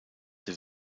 der